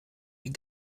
die